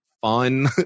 fun